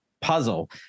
puzzle